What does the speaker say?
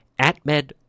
Atmed